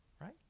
right